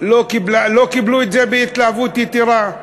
לא קיבלו את זה בהתלהבות יתרה.